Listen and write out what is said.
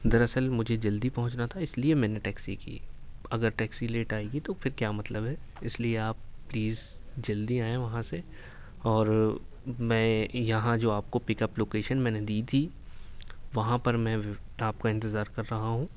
دراصل مجھے جلدی پہنچنا تھا اس لیے میں نے ٹیکسی کی اگر ٹیکسی لیٹ آئے گی تو پھر کیا مطلب ہے اس لیے آپ پلیز جلدی آئیں وہاں سے اور میں یہاں جو آپ کو پک اپ لوکیشن میں نے دی تھی وہاں پر میں آپ کا انتظار کر رہا ہوں